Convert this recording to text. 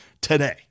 today